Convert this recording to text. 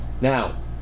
Now